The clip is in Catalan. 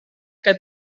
que